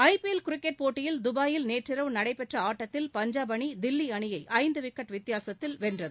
IPL cricket போட்டியில் தபாயில் நேற்றிரவு நடைபெற்ற ஆட்டடத்தில் பஞ்சாப் அணி தில்லி அணியை ஐந்து விக்கெட் வித்தியாசத்தில் வென்றது